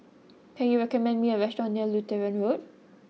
can you recommend me a restaurant near Lutheran Road